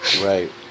Right